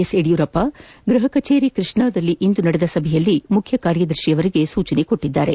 S Yediyurappa ಗೃಹ ಕಛೇರಿ ಕೃಷ್ಣಾದಲ್ಲಿಂದು ನಡೆದ ಸಭೆಯಲ್ಲಿ ಮುಖ್ಯಕಾರ್ಯದರ್ಶಿಗೆ ಸೂಚಿಸಿದ್ದಾರೆ